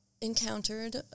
encountered